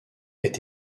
est